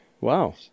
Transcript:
wow